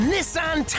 Nissan